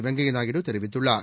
வெங்கைய நாயுடு தெரிவித்துள்ளார்